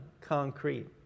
concrete